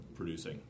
Producing